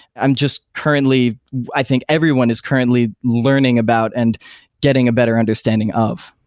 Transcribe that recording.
i'm just currently i think everyone is currently learning about and getting a better understanding of.